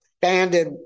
standard